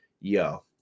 Yo